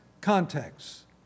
context